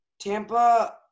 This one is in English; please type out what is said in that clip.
Tampa –